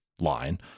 line